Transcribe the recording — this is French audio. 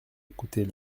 écouter